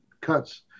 cuts